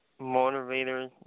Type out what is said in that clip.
motivators